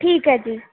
ਠੀਕ ਹੈ ਜੀ